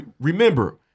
remember